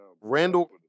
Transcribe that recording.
Randall